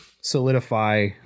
solidify